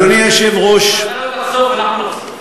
אם אתה לא תחשוף, אנחנו נחשוף.